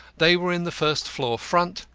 they were in the first floor front,